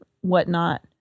whatnot